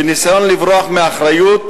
בניסיון לברוח מאחריות